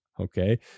Okay